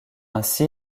ainsi